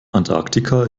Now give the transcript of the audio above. antarktika